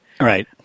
Right